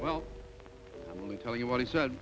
well let me tell you what he said